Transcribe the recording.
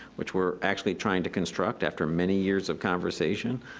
which we're actually trying to construct, after many years of conversation.